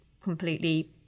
completely